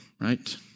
right